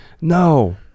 no